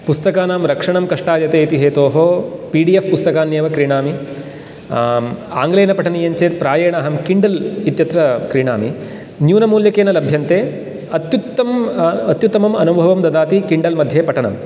पुस्तकानां रक्षणं कष्टायते इति हेतोः पी डी एफ़् पुस्तकान्येव क्रीणामि आङ्ग्लेन पठनीयञ्चेत् प्रायेण अहं किण्डल् इत्यत्र क्रीणामि न्यूनमूल्यकेन लभ्यन्ते अत्युत्तम् अत्युत्तमं अनुभवं ददाति किण्डल् मध्ये पठनम्